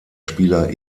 spieler